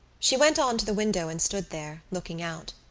she went on to the window and stood there, looking out.